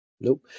Nope